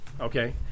okay